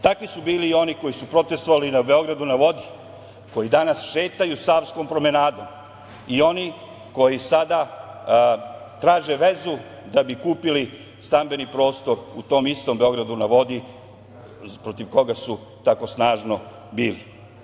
Takvi su bili i oni koji su protestvovali i na „Beogradu na vodi“, koji danas šetaju Savskom promenadom i oni koji sada traže vezu da bi kupili stambeni prostor u tom istom „Beogradu na vodi“ protiv koga su tako snažno bili.